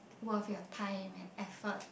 worth your time and effort